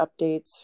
updates